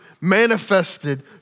manifested